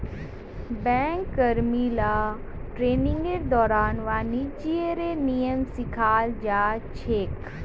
bank कर्मि ला ट्रेनिंगेर दौरान वाणिज्येर नियम सिखाल जा छेक